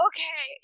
Okay